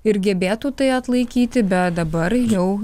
ir gebėtų tai atlaikyti bet dabar jau